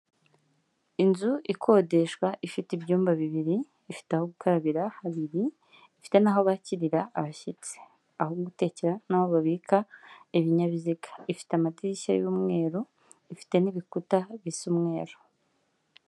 Inzu ikodeshwa ifite ibyumba bibiri ,ifite aho gukarabira habiri ifite naho bakirira abashyitsi ,aho gutekera, naho babika ibinyabiziga, ifite amadirishya y'umweru ,ifite n'ibikuta bisa umweru.